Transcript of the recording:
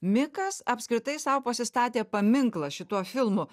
mikas apskritai sau pasistatė paminklą šituo filmu